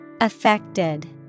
Affected